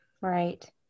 Right